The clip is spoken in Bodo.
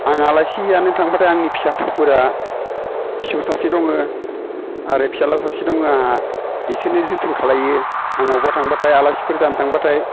आं आलासि जानो थांब्लाथाय आंनि फिसा फिसौफोरा फिसौ सासे दङ आरो फिसाज्ला सासे दङ आंहा बिसोरनो जोथोन खालामो आं मबावबा थांब्लाथाय आलासिफोर जानो थांब्लाथाय